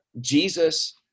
Jesus